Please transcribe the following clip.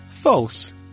False